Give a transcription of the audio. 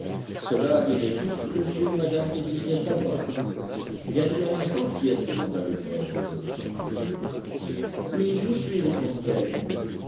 ceux-là diraient tout ce que monsieur et madame désireraient savoir viens-tu un instant fillette demanda le père heureux de sortir oui je vous suis répondit-elle